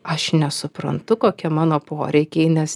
aš nesuprantu kokie mano poreikiai nes